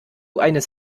eines